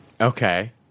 Okay